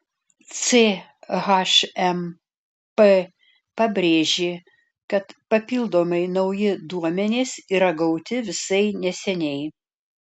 chmp pabrėžė kad papildomai nauji duomenys yra gauti visai neseniai